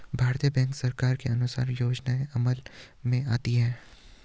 भारतीय बैंक सरकार के अनुसार योजनाएं अमल में लाती है